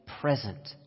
present